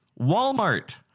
Walmart